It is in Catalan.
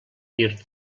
dir